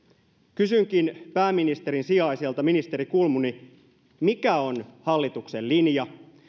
kysynkin pääministerin sijaiselta ministeri kulmuni mikä on hallituksen linja